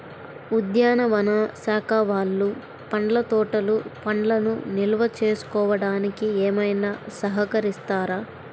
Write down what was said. ఉద్యానవన శాఖ వాళ్ళు పండ్ల తోటలు పండ్లను నిల్వ చేసుకోవడానికి ఏమైనా సహకరిస్తారా?